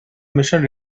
mission